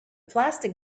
plastic